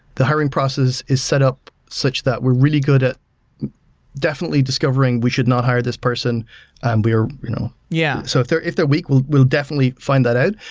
the hiring process is set up such that we're really good at definitely discovering we should not hire this person and we are you know yeah so if they're if they're weak, we'll we'll definitely find that out,